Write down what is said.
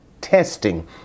testing